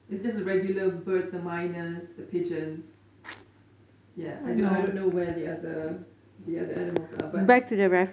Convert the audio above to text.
it's just the regular birds the minahs the pigeons ya I I don't know where the other the other animals are